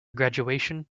graduation